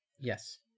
yes